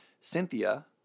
Cynthia